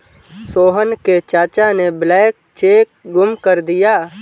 सोहन के चाचा ने ब्लैंक चेक गुम कर दिया